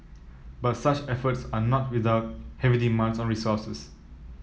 but such efforts are not without heavy demands on resources